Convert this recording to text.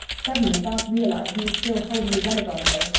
suddenly, bart realized that he was still holding his energon-ray.